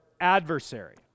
adversary